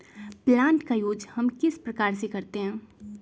Plant का use हम किस प्रकार से करते हैं?